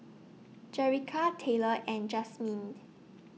Jerica Tyler and Jasmyne